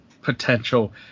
Potential